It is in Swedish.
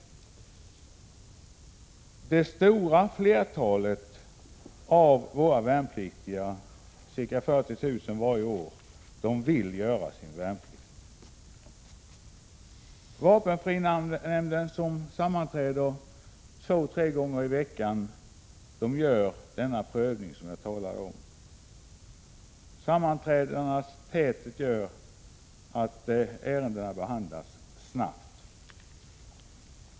Det stora flertalet av våra värnpliktiga, ca 40 000 varje år, vill emellertid göra sin värnplikt. Vapenfrinämnden, som sammanträder två tre gånger i veckan, gör denna prövning som jag talade om. Sammanträdenas täthet gör att ärendena behandlas snabbt.